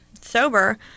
sober